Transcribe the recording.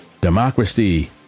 Democracy